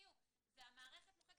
המערכת מוחקת.